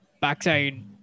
backside